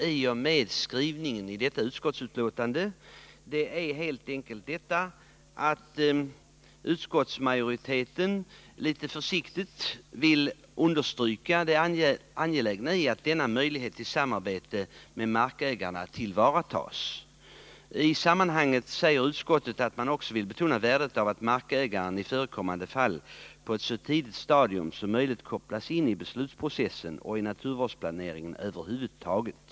I skrivningen i betänkandet vill utskottsmajoriteten understryka att denna möjlighet till 105 samarbete med markägarna skall tillvaratas. I sammanhanget säger utskottet att man också vill betona värdet av att markägaren i förekommande fall på ett så tidigt stadium som möjligt kopplas in i beslutsprocessen och i naturvårdsplaneringen över huvud taget.